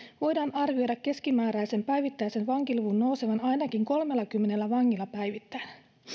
voidaan arvioida keskimääräisen päivittäisen vankiluvun nousevan ainakin kolmellakymmenellä vangilla päivittäin